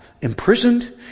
imprisoned